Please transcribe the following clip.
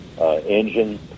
engine